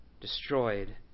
destroyed